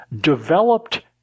developed